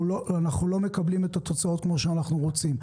אנחנו לא מקבלים את התוצאות כמו שאנחנו רוצים.